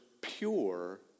pure